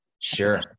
Sure